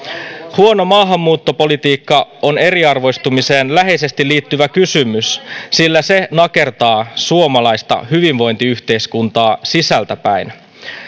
huono maahanmuuttopolitiikka on eriarvoistumiseen läheisesti liittyvä kysymys sillä se nakertaa suomalaista hyvinvointiyhteiskuntaa sisältäpäin